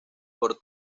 por